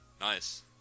Nice